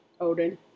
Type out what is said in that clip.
Odin